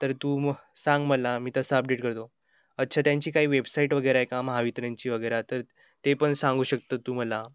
तर तू मग सांग मला मी तसा अपडेट करतो अच्छा त्यांची काही वेबसाईट वगैरे आहे का महावितरणची वगैरे तर ते पण सांगू शकतं तू मला